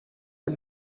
are